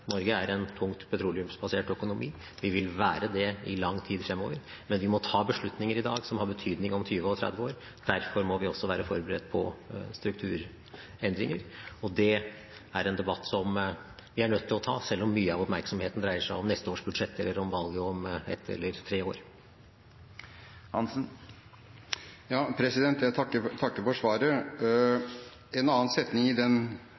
Norge er en tungt petroleumsbasert økonomi. Vi vil være det i lang tid fremover, men vi må ta beslutninger i dag som har betydning om 20 og 30 år. Derfor må vi også være forberedt på strukturendringer. Det er en debatt som vi er nødt til å ta, selv om mye av oppmerksomheten dreier seg om neste års budsjett eller om valget om ett eller tre år. Jeg takker for svaret. En annen setning